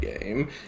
game